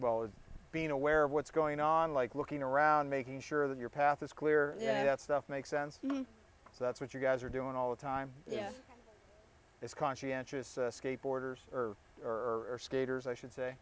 well or being aware of what's going on like looking around making sure that your path is clear yeah that stuff makes sense so that's what you guys are doing all the time yes it's conscientious skateboarders or skaters i should say